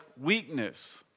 weakness